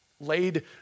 laid